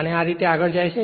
અને આ આ રીતે આગળ જાય છે